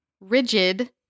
rigid